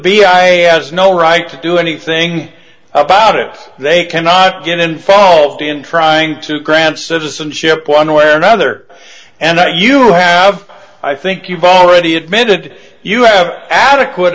b i had no right to do anything about it they cannot get involved in trying to grant citizenship one way or another and that you have i think you've already admitted you have adequate